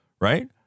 right